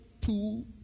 two